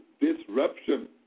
disruption